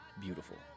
beautiful